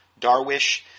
Darwish